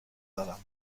دارم